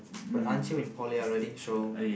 but aren't you in Poly already so